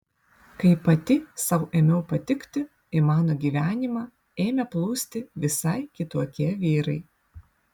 kai pati sau ėmiau patikti į mano gyvenimą ėmė plūsti visai kitokie vyrai